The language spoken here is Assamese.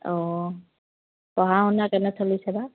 অঁ পঢ়া শুনা কেনে চলিছে বা